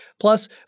Plus